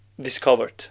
Discovered